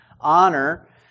honor